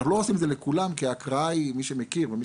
אנחנו לא עושים את זה לכולם כי מי שמכיר או מי